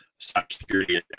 cybersecurity